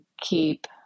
keep